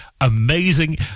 amazing